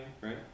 right